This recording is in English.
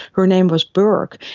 her name was burke,